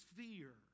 fear